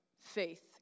faith